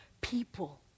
people